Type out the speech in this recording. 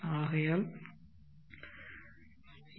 ஆகையால் ஏ